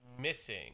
missing